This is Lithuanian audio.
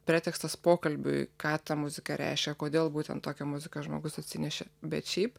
pretekstas pokalbiui ką ta muzika reiškia kodėl būtent tokią muziką žmogus atsinešė bet šiaip